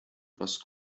was